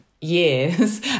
years